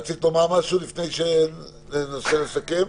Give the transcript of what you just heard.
רצית לומר משהו לפני שננסה לסכם?